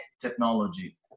technology